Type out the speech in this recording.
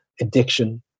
addiction